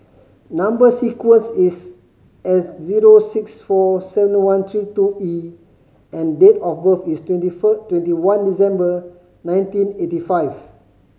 number sequence is S zero six four seven one three two E and date of birth is twenty twenty one December nineteen eighty five